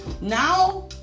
Now